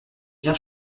bien